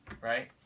right